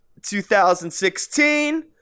2016